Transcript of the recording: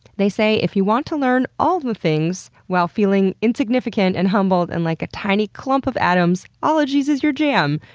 they say if you want to learn all the things while feeling insignificant and humbled and like a tiny clump of atoms, ologies is your jam.